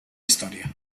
història